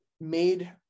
made